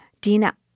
Dina